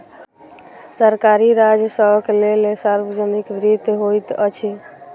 सरकारी राजस्वक लेल सार्वजनिक वित्त होइत अछि